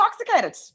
intoxicated